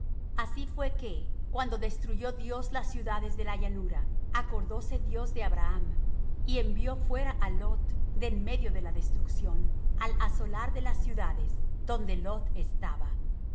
así fué que cuando destruyó dios las ciudades de la llanura acordóse dios de abraham y envió fuera á lot de en medio de la destrucción al asolar las ciudades donde lot estaba